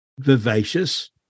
vivacious